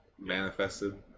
manifested